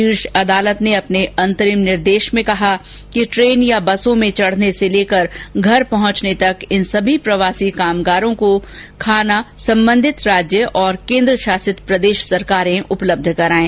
शीर्ष अदालत ने अपने अंतरिम निर्देश में कहा कि टेन या बसों में चढने से लेकर घर पहंचाने तक इन सभी प्रवासी कामगारों को खाना सम्बन्धित राज्य और केन्द्रशासित प्रदेश सरकारें उपलब्ध करायें